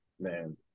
Man